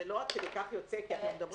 זה לא יוצא עד כדי כך כי אנחנו מדברים